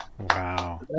Wow